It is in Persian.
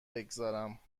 بگذارم